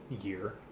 year